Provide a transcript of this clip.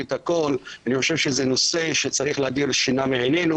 אני חושב שזה נושא שצריך להדיר שינה מעינינו